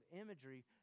imagery